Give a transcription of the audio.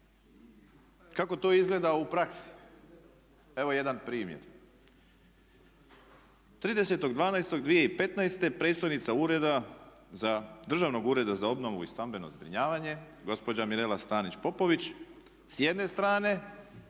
kako to izgleda u praksi? Evo jedan primjer. 30.12.2015. predstojnica Državnog ureda za obnovu i stambeno zbrinjavanje gospođa Mirela Stanić Popović s jedne strane